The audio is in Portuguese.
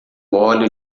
óleo